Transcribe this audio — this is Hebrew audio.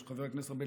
חבר הכנסת ארבל,